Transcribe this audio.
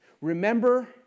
remember